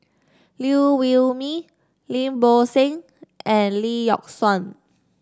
Liew Wee Mee Lim Bo Seng and Lee Yock Suan